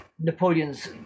Napoleon's